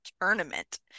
tournament